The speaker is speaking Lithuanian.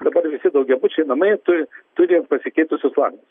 dabar visi daugiabučiai namai turi turi pasikeitusius langus